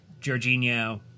Jorginho